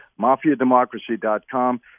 MafiaDemocracy.com